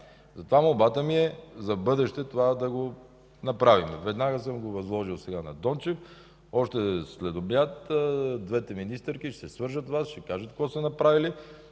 Затова молбата ми е за в бъдеще да направим това. Веднага съм го възложил сега на Дончев. Още следобед двете министърки ще се свържат с Вас, ще кажат какво са направили